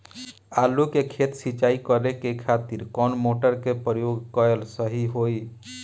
आलू के खेत सिंचाई करे के खातिर कौन मोटर के प्रयोग कएल सही होई?